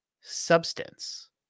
substance